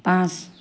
পাঁচ